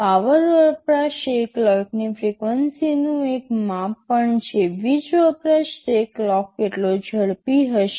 power વપરાશ એ ક્લોકની ફ્રિક્વન્સીનું એક માપ પણ છે વીજ વપરાશ તે ક્લોક જેટલો ઝડપી હશે